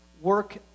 work